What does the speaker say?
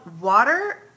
water